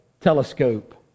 telescope